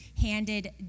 handed